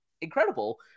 incredible